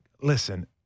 Listen